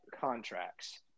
contracts